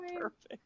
perfect